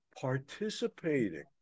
participating